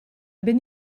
bin